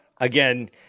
Again